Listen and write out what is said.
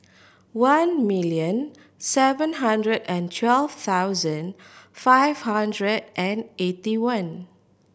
one million seven hundred and twelve thousand five hundred and eighty one